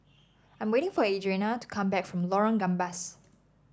I am waiting for Adriane to come back from Lorong Gambas